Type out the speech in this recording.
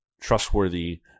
trustworthy